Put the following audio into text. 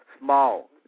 small